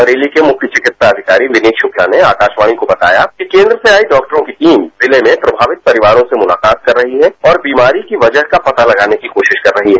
बरेली के मुख्य चिकित्सा अधिकारी विनीत शुक्ला ने अकाशवाणी को बताया कि केन्द्र से आई डॉक्टरों की टीम जिले में प्रभावित परिवारों से मुलाकात कर रही है और बीमारी की वजह का पता लगाने की कोशिश कर रही है